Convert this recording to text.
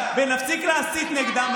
ונפסיק להסית נגדם.